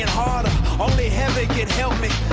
and harder only heaven can help me